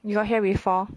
you got hear before